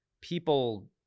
people